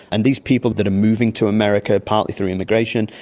and these people that are moving to america, partly through immigration,